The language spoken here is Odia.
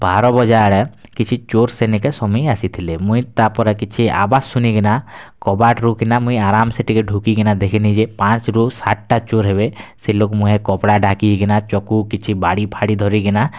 ବାର ବଜା ଆଡ଼େ କିଛି ଚୋର୍ ସେ ନେ କେ ସଭିଏଁ ଆସି ଥିଲେ ମୁଁ ତା'ପରେ କିଛି ଆବାଜ୍ ଶୁଣି କିନା କବାଟରୁ କିନା ମୁଁ ଆରାମ୍ ସେ ଟିକେ ଢୋକି କିନା ଦେଖିଲି ଯେ ଫାଞ୍ଚରୁ ସାତ୍ଟା ଚୋର୍ ହେବେ ସେ ଲୋକମାନେ ମୁହଁରେ କପଡ଼ା ଢାଙ୍କି କିନା ଚକୁ କିଛି ବାଡ଼ି ଫାଡ଼ି ଧରି କିନା